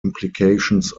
implications